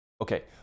Okay